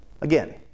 Again